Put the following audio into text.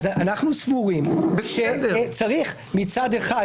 אנחנו סבורים שצריך מצד אחד,